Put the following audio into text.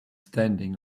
standing